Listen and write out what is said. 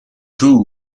too